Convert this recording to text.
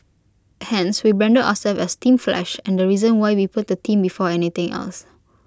hence we branded ourselves as team flash and the reason why we put the team before anything else